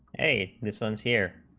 a the seventh year